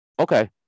Okay